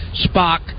Spock